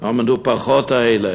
המנופחות האלה.